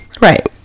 Right